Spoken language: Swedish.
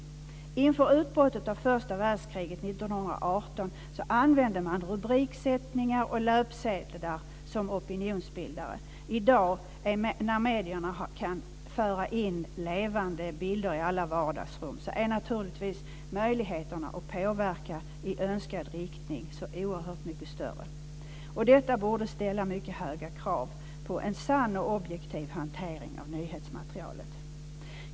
Inför första världskrigets utbrott 1914 använde man rubriksättningar och löpsedlar som opinionsbildande instrument. I dag när medierna kan föra in levande bilder i alla vardagsrum är naturligtvis möjligheterna att påverka i önskad riktning oerhört mycket större. Det borde då ställas mycket höga krav på en sann och objektiv hantering av nyhetsmaterialet.